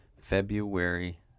February